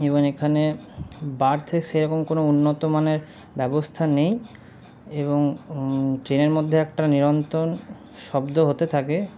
এবং এখানে বার্থের সেরকম কোনো উন্নত মানের ব্যবস্থা নেই এবং ট্রেনের মধ্যে একটা নিরন্তর শব্দ হতে থাকে